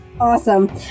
Awesome